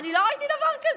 אני לא ראיתי דבר כזה.